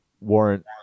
warrant